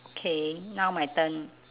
okay now my turn